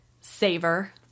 savor